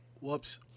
Whoops